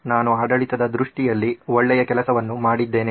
ನಾನು ಆಡಳಿತದ ದೃಷ್ಟಿಯಲ್ಲಿ ಒಳ್ಳೆಯ ಕೆಲಸವನ್ನು ಮಾಡಿದ್ದೇನೆ